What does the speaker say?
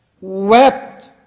wept